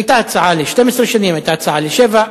היתה הצעה ל-12 שנים, היתה הצעה לשבע,